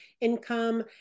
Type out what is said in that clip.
income